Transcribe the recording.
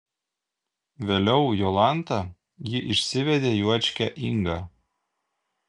vėliau jolanta ji išsivedė juočkę ingą